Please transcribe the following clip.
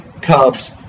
Cubs